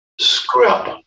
script